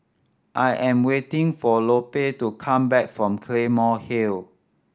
I am waiting for Lupe to come back from Claymore Hill